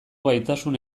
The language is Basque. gaitasun